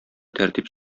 тәртип